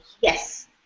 Yes